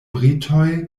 britoj